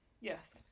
Yes